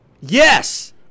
Yes